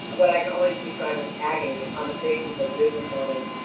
what i can only describe as agony on the faces of business owners,